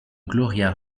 gloria